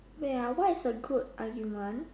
wait ah what is a good argument